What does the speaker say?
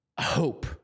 hope